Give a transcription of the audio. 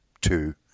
two